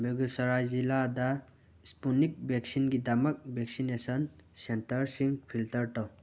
ꯕꯦꯒꯨ ꯁꯔꯥꯏ ꯖꯤꯂꯥꯗ ꯏꯁꯄꯨꯠꯅꯤꯛ ꯚꯦꯛꯁꯤꯟꯒꯤꯗꯃꯛ ꯚꯦꯛꯁꯤꯅꯦꯁꯟ ꯁꯦꯟꯇꯔꯁꯤꯡ ꯐꯤꯜꯇꯔ ꯇꯧ